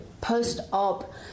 post-op